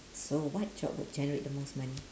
so what job would generate the most money